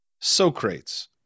Socrates